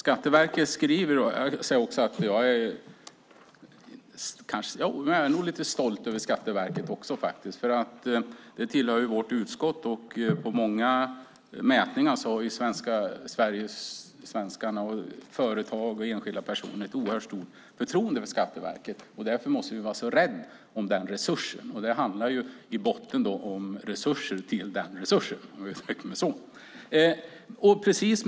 Herr talman! Jag är nog också lite stolt över Skatteverket faktiskt. Det tillhör ju vårt utskott, och i många mätningar har vi sett att svenskarna, företag och enskilda personer, har ett oerhört stort förtroende för Skatteverket. Därför måste vi vara rädda om den resursen. Det handlar ju i botten om resurser till den resursen, om jag uttrycker mig så.